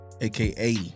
aka